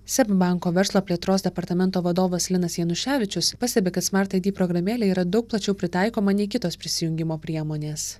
seb banko verslo plėtros departamento vadovas linas januševičius pastebi kad smart id programėlė yra daug plačiau pritaikoma nei kitos prisijungimo priemonės